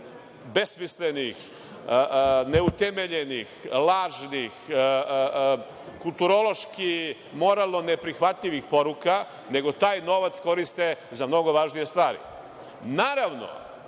besmislenih, neutemeljenih, lažnih, kulturološki, moralno neprihvatljivih poruka, nego taj novac koriste za mnogo važnije